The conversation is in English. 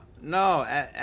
No